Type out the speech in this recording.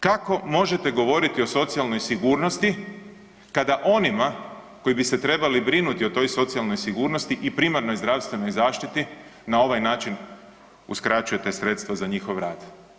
Kako možete govoriti o socijalnoj sigurnosti kada onima koji bi se trebali brinuti o toj socijalnoj sigurnosti i primarnoj zdravstvenoj zaštiti na ovaj način uskraćujete sredstva za njihov rad?